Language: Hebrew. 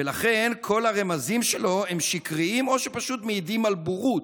ולכן כל הרמזים שלו הם שקריים או שפשוט מעידים על בורות.